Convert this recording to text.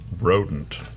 rodent